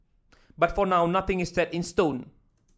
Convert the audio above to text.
but for now nothing is set in stone